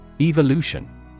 Evolution